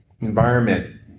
environment